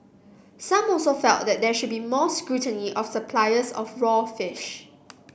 some also felt that there should be more scrutiny of suppliers of raw fish